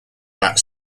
that